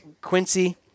Quincy